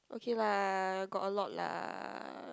okay lah got a lot lah